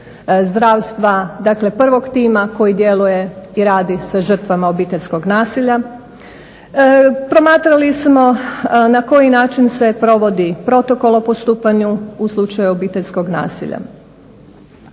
zdravstva, dakle prvog tima koji djeluje i radi sa žrtvama obiteljskog nasilja. Promatrali smo na koji način se provodi protokol o postupanju u slučaju obiteljskog nasilja.